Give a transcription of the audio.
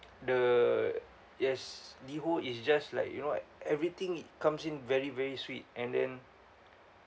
the yes LiHO is just like you know everything comes in very very sweet and then